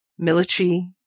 military